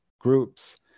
groups